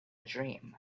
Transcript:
dream